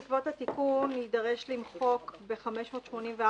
בעקבות התיקון יידרש למחוק ב-584א(א),